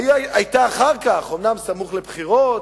היתה אחר כך, אומנם סמוך לבחירות,